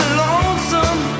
lonesome